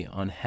on